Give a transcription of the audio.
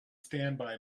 standby